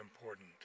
important